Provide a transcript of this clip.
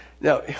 Now